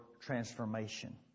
transformation